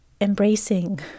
embracing